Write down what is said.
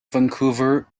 vancouver